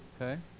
Okay